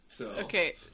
Okay